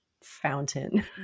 fountain